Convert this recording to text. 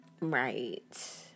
Right